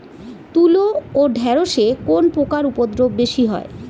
তুলো ও ঢেঁড়সে কোন পোকার উপদ্রব বেশি হয়?